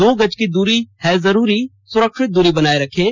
दो गज की दूरी है जरूरी सुरक्षित दूरी बनाए रखें